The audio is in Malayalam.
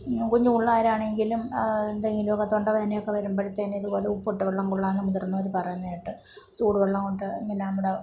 കുഞ്ഞ് പിള്ളേർ ആണെങ്കിലും എന്തെങ്കിലുമൊക്കെ തൊണ്ട വേദനയൊക്കെ വരുമ്പോഴത്തേനും ഇതുപോലെ ഉപ്പിട്ട് വെള്ളം കൊള്ളാനും മുതിർന്നവർ പറയുന്നത് കേട്ട് ചൂടുവെള്ളം കൊണ്ട് ഇങ്ങനെ നമ്മുടെ